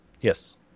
Yes